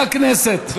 הכנסת,